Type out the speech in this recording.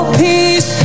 peace